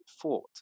fought